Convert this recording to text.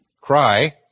Cry